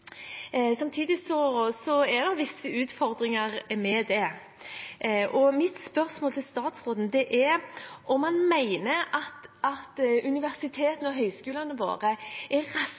Samtidig er det visse utfordringer med det. Mitt spørsmål til statsråden er om han mener at universitetene og høyskolene våre er raske